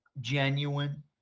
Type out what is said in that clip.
genuine